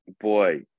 Boy